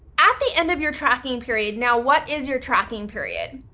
at the end of your tracking period, now what is your tracking period?